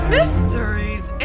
Mysteries